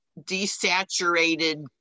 desaturated